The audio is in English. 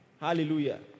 Hallelujah